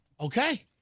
Okay